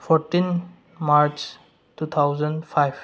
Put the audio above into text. fourteen March two thousand five